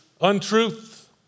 Untruth